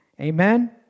Amen